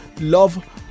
love